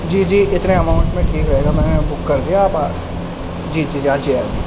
جی جی اتنا اماؤنٹ میں ٹھیک رہے گا میں نے بک کر دیا آپ جی جی آ جی آ جی